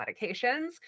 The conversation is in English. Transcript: medications